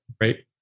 right